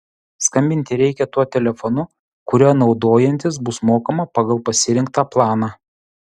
skambinti reikia tuo telefonu kuriuo naudojantis bus mokama pagal pasirinktą planą